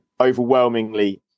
overwhelmingly